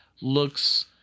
looks